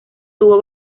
tuvo